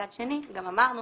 מצד שני גם אמרנו